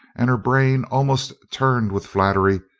and her brain almost turned with flattery,